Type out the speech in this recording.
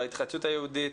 להתחדשות היהודית,